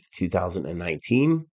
2019